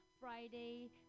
Friday